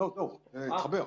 מתחבר עכשיו.